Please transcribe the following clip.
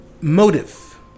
motive